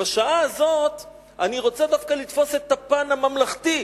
ובשעה הזאת אני רוצה דווקא לתפוס את הפן הממלכתי,